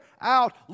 out